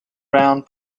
round